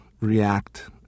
react